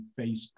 facebook